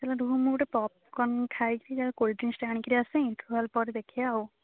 ରହ ମୁଁ ଗୋଟେ ପପକର୍ନ ଖାଇକି ଯାହା କୋଲ୍ଡ଼ଡ୍ରିଙ୍କସ୍ଟେ ଆଣିକିରି ଆସେ ତାପରେ ଦେଖିବା ଆଉ